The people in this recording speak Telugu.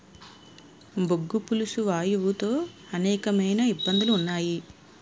బొగ్గు పులుసు వాయువు తో అనేకమైన ఇబ్బందులు ఉన్నాయి